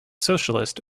socialist